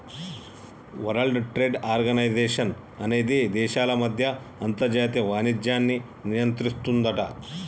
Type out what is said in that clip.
world trade organization అనేది దేశాల మధ్య అంతర్జాతీయ వాణిజ్యాన్ని నియంత్రిస్తుందట